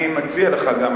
אני מציע לך גם,